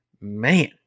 man